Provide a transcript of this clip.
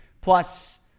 Plus